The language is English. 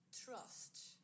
trust